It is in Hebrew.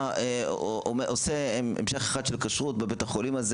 אתה עושה המשך אחד של כשרות בבית החולים הזה,